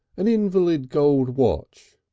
an invalid gold watch,